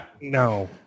no